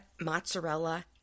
mozzarella